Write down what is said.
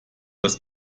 das